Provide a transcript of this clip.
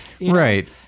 right